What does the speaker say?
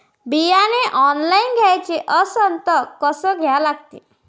बियाने ऑनलाइन घ्याचे असन त कसं घ्या लागते?